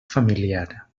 familiar